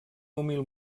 humil